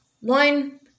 One